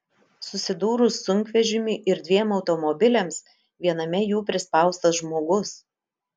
susidūrus sunkvežimiui ir dviem automobiliams viename jų prispaustas žmogus